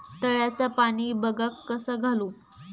तळ्याचा पाणी बागाक कसा घालू?